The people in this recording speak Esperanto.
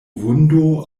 vundo